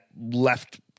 left